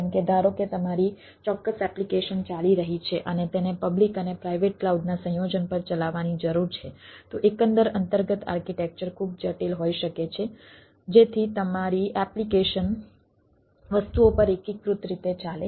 જેમ કે ધારો કે તમારી ચોક્કસ એપ્લિકેશન ચાલી રહી છે અને તેને પબ્લિક અને પ્રાઇવેટ ક્લાઉડના સંયોજન પર ચલાવવાની જરૂર છે તો એકંદર અંતર્ગત આર્કિટેક્ચર ખૂબ જટિલ હોઈ શકે છે જેથી તમારી એપ્લિકેશન વસ્તુઓ પર એકીકૃત રીતે ચાલે